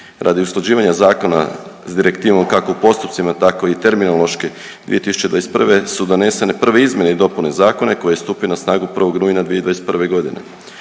Radi usklađivanja zakona s direktivom kako u postupcima tako i terminološki 2021. su donesene prve izmjene i dopune zakona koji je stupio na snagu 1. rujna 2021.g..